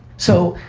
so,